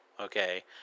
Okay